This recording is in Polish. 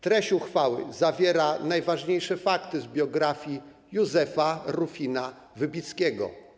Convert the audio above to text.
Treść uchwały zawiera najważniejsze fakty z biografii Józefa Rufina Wybickiego.